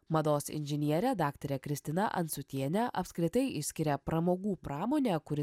mados inžinierė daktarė kristina ancutienė apskritai išskiria pramogų pramonę kuri